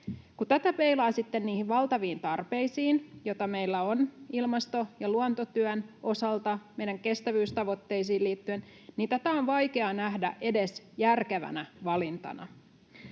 sitten niihin valtaviin tarpeisiin, joita meillä on ilmasto- ja luontotyön osalta, meidän kestävyystavoitteisiin liittyen, niin tätä on vaikea nähdä edes järkevänä valintana.